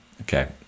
okay